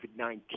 COVID-19